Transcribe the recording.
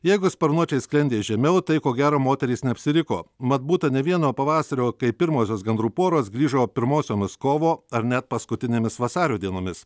jeigu sparnuočiai sklendė žemiau tai ko gero moterys neapsiriko mat būta ne vieno pavasario kai pirmosios gandrų poros grįžo pirmosiomis kovo ar net paskutinėmis vasario dienomis